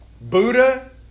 Buddha